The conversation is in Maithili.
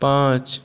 पाँच